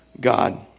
God